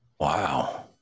Wow